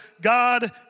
God